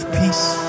peace